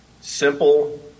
simple